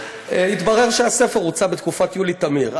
התברר שהספר הוצא בתקופת יולי תמיר.